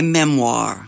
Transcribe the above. memoir